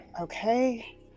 Okay